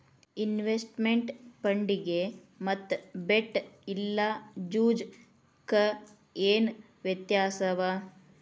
Investment ಫಂಡಿಗೆ ಮತ್ತ bet ಇಲ್ಲಾ ಜೂಜು ಕ ಏನ್ ವ್ಯತ್ಯಾಸವ?